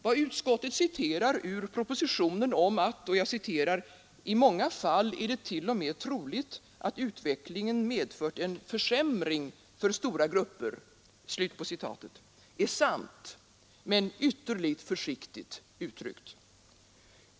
Vad utskottet citerar ur propositionen om att ”i många fall är det t.o.m. troligt att utvecklingen medfört en försämring för stora grupper” är sant men ytterligt försiktigt uttryckt.